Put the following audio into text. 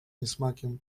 niesmakiem